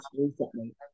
recently